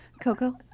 Coco